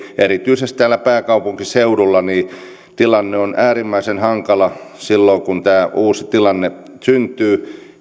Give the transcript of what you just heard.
erityisesti täällä pääkaupunkiseudulla niin tilanne on äärimmäisen hankala silloin kun tämä uusi tilanne syntyy